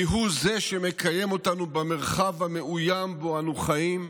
כי הוא שמקיים אותנו במרחב המאוים שבו אנו חיים,